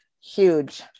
huge